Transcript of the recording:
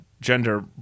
gender